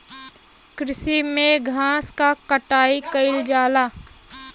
कृषि में घास क कटाई कइल जाला